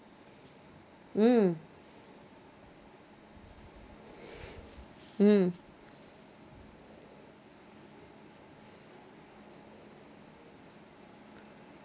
ah mm mm